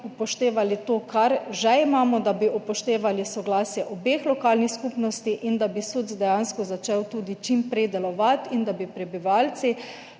upoštevali to, kar že imamo, da bi upoštevali soglasje obeh lokalnih skupnosti in da bi SUC dejansko začel tudi čim prej delovati in da bi prebivalci